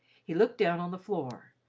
he looked down on the floor,